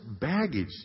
baggage